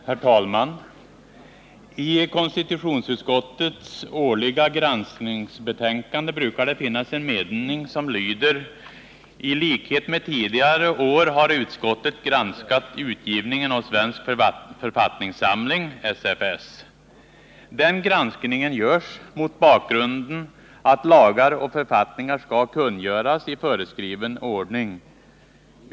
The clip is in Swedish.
Herr talman! I konstitutionsutskottets årliga granskningsbetänkande brukar det finnas en mening som lyder: ”T likhet med tidigare år har utskottet granskat utgivningen av Svensk författningssamling .” Den granskningen görs mot bakgrunden att lagar och författningar skall kungöras i föreskriven ordning.